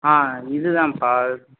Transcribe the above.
ஆ இதுதான்பா